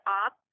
up